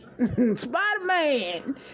Spider-Man